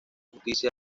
justicia